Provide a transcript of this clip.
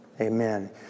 amen